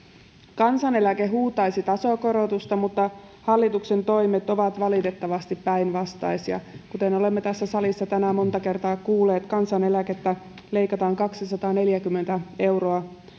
kansaneläke huutaisi tasokorotusta mutta hallituksen toimet ovat valitettavasti päinvastaisia kuten olemme tässä salissa tänään monta kertaa kuulleet kansaneläkettä leikataan kaksisataaneljäkymmentä euroa